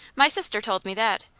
my sister told me that.